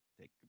take